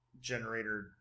generator